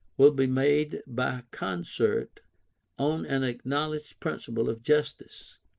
will be made by concert on an acknowledged principle of justice